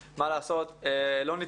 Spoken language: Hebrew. אנחנו פה כבר 2.20 שעות,